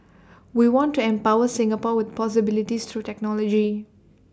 we want to empower Singapore with possibilities through technology